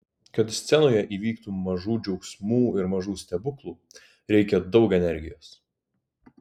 kad scenoje įvyktų mažų džiaugsmų ir mažų stebuklų reikia daug energijos